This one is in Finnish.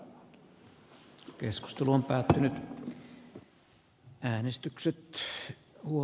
toinen varapuhemies